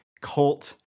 cult